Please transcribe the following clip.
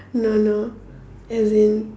no no as in